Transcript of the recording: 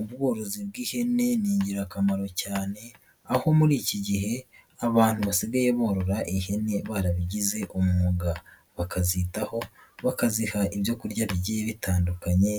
Ubworozi bw'ihene ni ingirakamaro cyane, aho muri iki gihe abantu basigaye borora ihene barabigize umwuga, bakazitaho bakaziha ibyo kurya bigiye bitandukanye